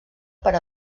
per